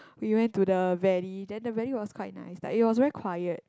we went to the valley then the valley was quite nice like it was very quiet